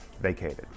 vacated